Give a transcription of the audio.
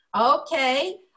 Okay